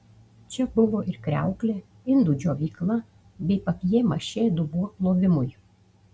čia buvo ir kriauklė indų džiovykla bei papjė mašė dubuo plovimui